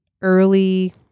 early